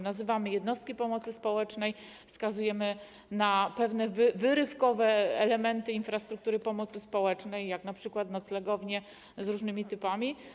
Nazywamy jednostki pomocy społecznej, wskazujemy na pewne wyrywkowe elementy infrastruktury pomocy społecznej, jak np. noclegownie z różnymi typami.